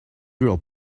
real